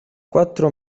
quattro